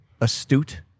astute